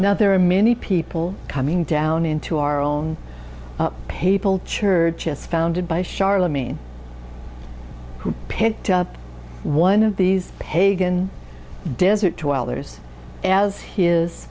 now there are many people coming down into our own papal churches founded by charlemagne who picked up one of these pagan desert dwellers as h